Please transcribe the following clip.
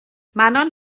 manon